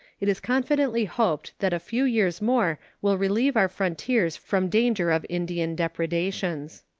it is confidently hoped that a few years more will relieve our frontiers from danger of indian depredations.